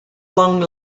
long